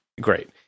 Great